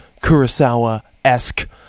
Kurosawa-esque